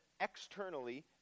externally